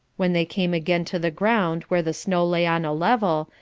when they came again to the ground where the snow lay on a level,